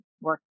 work